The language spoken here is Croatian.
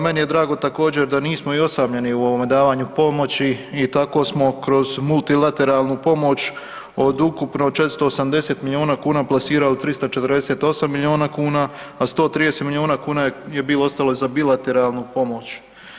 Meni je drago također da nismo i osamljeni u ovom davanju pomoći i tako smo kroz multilateralnu pomoć od ukupno 480 miliona kuna plasirali 348 miliona kuna, a 130 miliona kuna je ostalo za bilateralnu pomoć.